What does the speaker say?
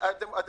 עוד